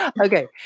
Okay